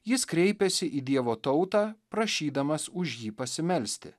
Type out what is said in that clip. jis kreipėsi į dievo tautą prašydamas už jį pasimelsti